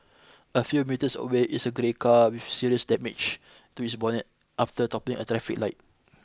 a few metres away is a grey car with serious damage to its bonnet after toppling a traffic light